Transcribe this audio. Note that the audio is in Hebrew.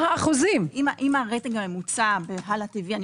אם הרייטינג הממוצע בהאלה טיוי אני